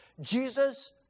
Jesus